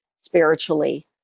spiritually